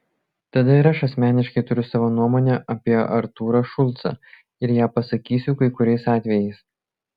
tada ir aš asmeniškai turiu savo nuomonę apie artūrą šulcą ir ją pasakysiu kai kuriais atvejais